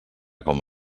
com